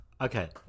Okay